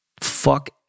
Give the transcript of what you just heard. Fuck